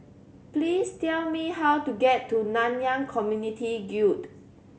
please tell me how to get to Nanyang Khek Community Guild